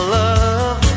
love